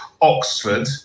Oxford